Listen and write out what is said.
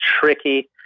tricky